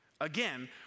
Again